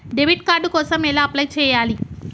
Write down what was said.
Debit card కోసం ఎలా apply చేయాలి?